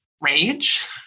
rage